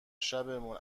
شبمون